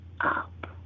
up